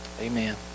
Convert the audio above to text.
Amen